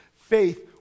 Faith